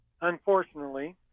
unfortunately